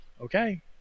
Okay